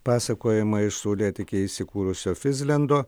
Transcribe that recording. pasakojimą iš saulėtekyje įsikūrusio fizlendo